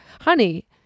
Honey